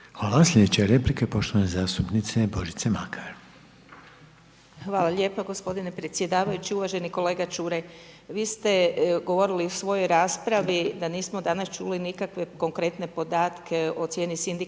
Hvala. Sljedeća je replika poštovane zastupnice Božice Makar. **Makar, Božica (HNS)** Hvala lijepo gospodine predsjedavajući. Uvaženi kolega Čuraj, vi ste govorili u svojoj raspravi da nismo danas čuli nikakve konkretne podatke o cijeni sindikalne